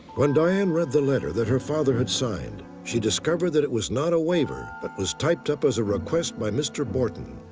when diane read the letter that her father had signed, she discovered that it was not a waiver, but was typed up as a request by mr. borton.